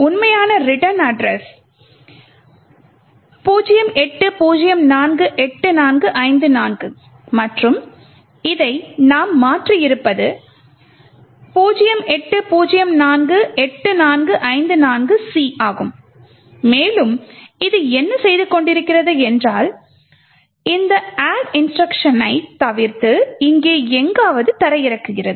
உண்மையான return address 08048454 மற்றும் இதை நாம் மாற்றியிருப்பது 08048454C ஆகும் மேலும் இது என்ன செய்து கொண்டிருக்கிறது என்றால் இந்த அட்ட் இன்ஸ்ட்ருக்ஷன்னைத் தவிர்த்து இங்கே எங்காவது தரையிறங்குகிறது